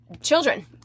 children